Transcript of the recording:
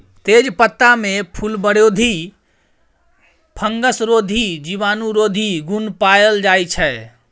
तेजपत्तामे फुलबरोधी, फंगसरोधी, जीवाणुरोधी गुण पाएल जाइ छै